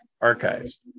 archives